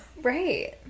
Right